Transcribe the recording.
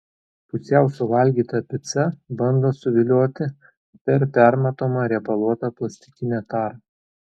pusiau suvalgyta pica bando suvilioti per permatomą riebaluotą plastikinę tarą